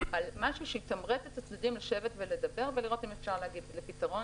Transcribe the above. על משהו שיתמרץ את הצדדים לשבת ולדבר ולראות אם אפשר להגיע לפתרון